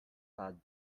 pod